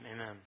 amen